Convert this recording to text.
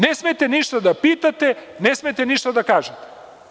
Ne smete ništa da pitate, ne smete ništa da kažete.